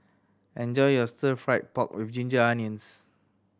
enjoy your Stir Fry pork with ginger onions